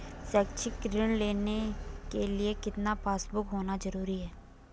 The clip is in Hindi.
शैक्षिक ऋण लेने के लिए कितना पासबुक होना जरूरी है?